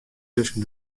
tusken